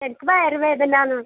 എനിക്ക് വയറുവേദനാന്ന്